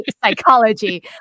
psychology